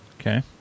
Okay